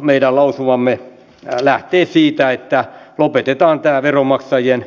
meidän lausumamme lähtee siitä että lopetetaan tämä veronmaksajien